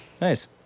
Nice